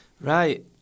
Right